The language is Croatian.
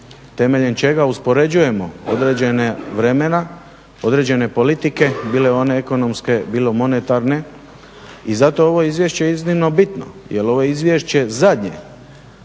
temeljem čega uspoređujemo određene vremena određene politike bile one ekonomske bilo monetarne. I zato je ovo izvješće iznimno bitno jel ovo izvješće zadnje